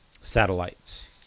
satellites